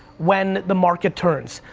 when the market turns,